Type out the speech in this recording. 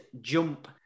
jump